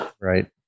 Right